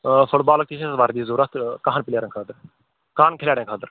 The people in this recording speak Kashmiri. آ فُٹ بالُک تہِ چھِ اَسہِ وَردی ضوٚرَتھ کَہَن پٕلیرن خٲطرٕ کَہَن کھِلیڑٮ۪ن خٲطرٕ